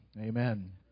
Amen